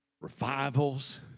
revivals